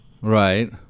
Right